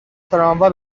تراموا